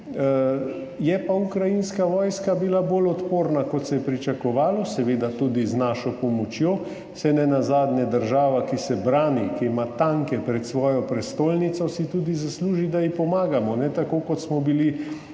Je pa ukrajinska vojska bila bolj odporna, kot se je pričakovalo, seveda tudi z našo pomočjo, saj si nenazadnje država, ki se brani, ki ima tanke pred svojo prestolnico, tudi zasluži, da ji pomagamo, tako kot smo bili